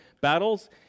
battles